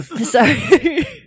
Sorry